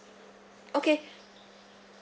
okay